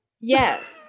Yes